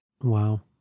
Wow